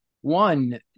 One